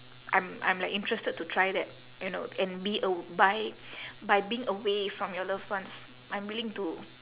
I'm I'm like interested to try that you know and be aw~ by by being away from your loved ones I'm willing to